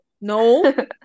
No